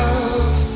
Love